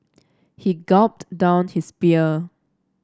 he gulped down his beer